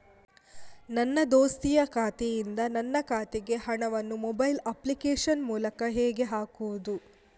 ನನ್ನ ದೋಸ್ತಿಯ ಖಾತೆಯಿಂದ ನನ್ನ ಖಾತೆಗೆ ಹಣವನ್ನು ಮೊಬೈಲ್ ಅಪ್ಲಿಕೇಶನ್ ಮೂಲಕ ಹೇಗೆ ಹಾಕುವುದು?